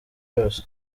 yose